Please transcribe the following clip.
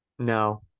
No